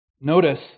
Notice